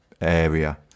area